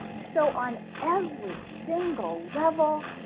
so on every single level,